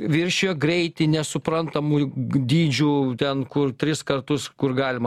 viršijo greitį nesuprantamu g dydžiu ten kur tris kartus kur galima